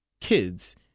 kids